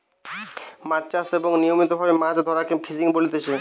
মাছ চাষ এবং নিয়মিত ভাবে মাছ ধরাকে ফিসিং বলতিচ্ছে